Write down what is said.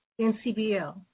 NCBL